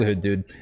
dude